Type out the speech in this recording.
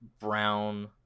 brown